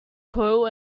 coal